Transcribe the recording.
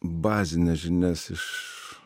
bazines žinias iš